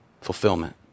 fulfillment